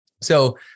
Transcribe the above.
So-